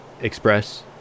express